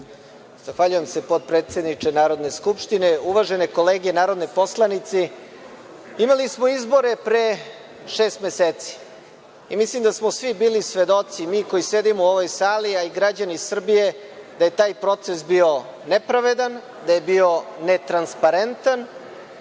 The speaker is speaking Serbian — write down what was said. Zahvaljujem se potpredsedniče Narodne skupštine. Uvažene kolege narodni poslanici, imali smo izbore pre šest meseci. Mislim da smo svi bili svedoci, mi koji sedimo u ovoj sali, a i građani Srbije, da je taj proces bio nepravedan, da je bio netransparentan